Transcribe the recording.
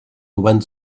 went